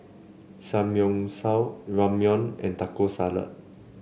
Samgyeopsal Ramyeon and Taco Salad